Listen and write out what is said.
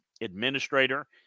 administrator